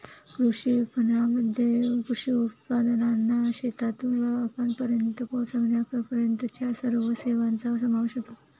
कृषी विपणनामध्ये कृषी उत्पादनांना शेतातून ग्राहकांपर्यंत पोचविण्यापर्यंतच्या सर्व सेवांचा समावेश होतो